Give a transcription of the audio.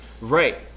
Right